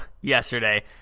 yesterday